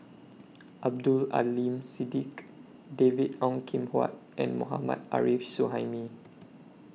Abdul Aleem Siddique David Ong Kim Huat and Mohammad Arif Suhaimi